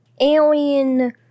Alien